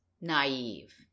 naive